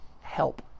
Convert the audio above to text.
help